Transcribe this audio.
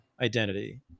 identity